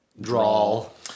drawl